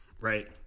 right